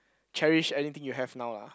cherish anything you have now lah